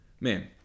Man